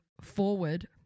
forward